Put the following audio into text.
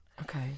Okay